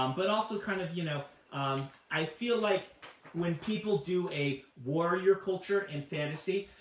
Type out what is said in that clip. um but also, kind of you know um i feel like when people do a warrior culture in fantasy,